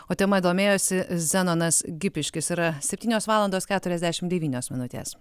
o tema domėjosi zenonas gipiškis yra septynios valandos keturiasdešimt devynios minutės